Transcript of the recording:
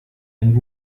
and